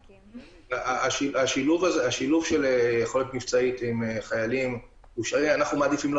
השילוב של יכולת מבצעית עם חיילים --- אנחנו מעדיפים לא